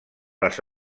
les